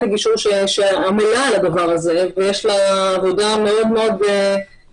הגישור שעמלה על הדבר הזה ויש לה עבודה מאוד מאוד מרובה,